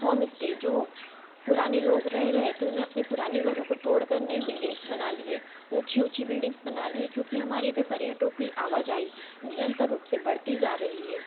home stay जो पुराने लोग रहे रहे थे उन्हें अपने पुराने घरों को तोड़ कर नई बिल्डिंग्स बना लिए ऊँची ऊँची बिल्डिंग्स बना लिए क्योंकि हमारे यहाँ पर पर्यटकों की आवाजाही निरंतर रूप से बढ़ती जा रही है